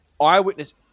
eyewitness